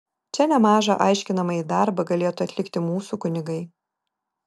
čia nemažą aiškinamąjį darbą galėtų atlikti mūsų kunigai